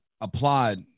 applaud